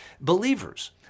believers